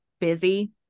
busy